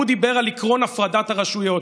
והוא דיבר על עקרון הפרדת הרשויות.